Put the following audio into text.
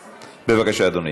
בבקשה, אדוני.